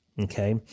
Okay